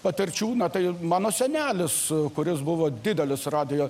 patirčių na tai mano senelis kuris buvo didelis radijo